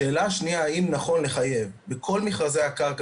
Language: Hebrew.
השאלה השנייה האם נכון לחייב בכל מכרזי הקרקע